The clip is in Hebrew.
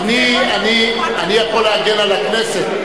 אני יכול להגן על הכנסת.